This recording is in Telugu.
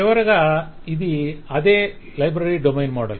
చివరగా ఇది అదే లైబ్రరీ డొమైన్ మోడల్